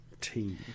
team